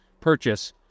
purchase